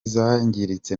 zangiritse